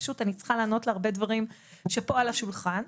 פשוט אני צריכה לענות להרבה דברים שפה על השולחן,